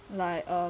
like uh